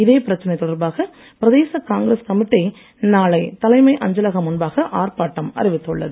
இதே பிரச்சினை தொடர்பாக பிரதேச காங்கிரஸ் கமிட்டி நாளை தலைமை அஞ்சலகம் முன்பாக ஆர்ப்பாட்டம் அறிவித்துள்ளது